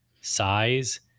size